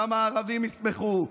גם הערבים ישמחו,